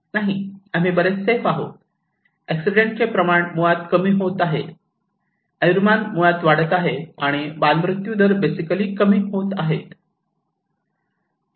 नाही आम्ही बरेच सेफ आहोत एक्सीडेंटचे प्रमाण मुळात कमी होत आहे आयुर्मान मुळात वाढत आहे आणि बालमृत्यू दर बेसिकली कमी होत आहे